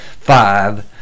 Five